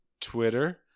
Twitter